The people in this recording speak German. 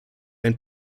ein